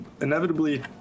inevitably